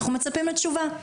אנחנו מצפים לתשובה.